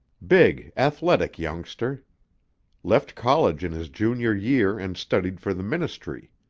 big, athletic youngster left college in his junior year and studied for the ministry.